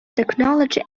technology